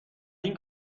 این